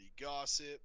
gossip